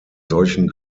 solchen